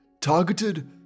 targeted